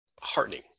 heartening